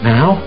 Now